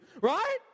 right